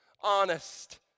honest